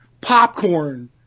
popcorn